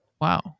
wow